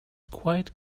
quite